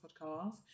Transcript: podcast